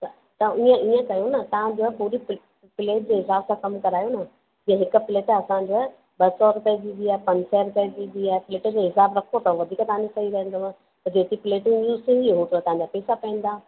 त त ईअं ईअं कयो न तव्हां या पूरी प्ले प्लेट जे हिसाब सां कम करायो न जीअं हिक प्लेट असांजा ॿ सौ रुपए जी बि आहे पंज सैं रुपए जी बि आहे प्लेट जो हिसाब रखो त वधीक तव्हांजो सही रहंदव त जेतिरी प्लेटूं यूज थींदियूं ओतिरा तव्हांजां पैसा पवंदा